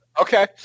Okay